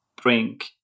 drink